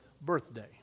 birthday